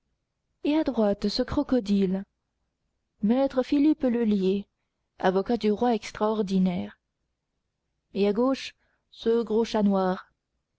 et à droite ce crocodile maître philippe lheulier avocat du roi extraordinaire et à gauche ce gros chat noir